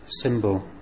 symbol